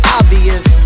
obvious